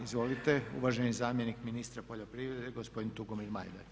Izvolite uvaženi zamjenik ministra poljoprivrede gospodin Tugomir Majdak.